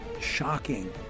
shocking